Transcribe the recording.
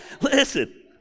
Listen